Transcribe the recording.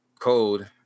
code